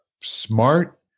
smart